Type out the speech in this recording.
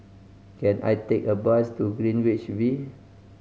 can I take a bus to Greenwich V